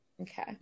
Okay